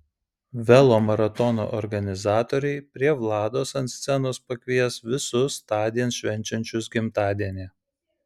velomaratono organizatoriai prie vlados ant scenos pakvies visus tądien švenčiančius gimtadienį